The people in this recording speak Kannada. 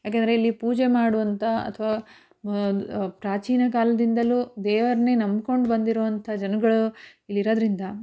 ಯಾಕೆಂದರೆ ಇಲ್ಲಿ ಪೂಜೆ ಮಾಡುವಂಥ ಅಥವಾ ಪ್ರಾಚೀನ ಕಾಲದಿಂದಲೂ ದೇವ್ರನ್ನೇ ನಂಬ್ಕೊಂಡು ಬಂದಿರುವಂಥ ಜನಗಳು ಇಲ್ಲಿ ಇರೋದರಿಂದ